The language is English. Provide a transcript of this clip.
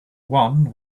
one